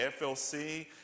FLC